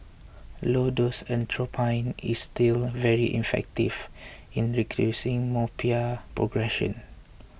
low dose atropine is still very effective in reducing myopia progression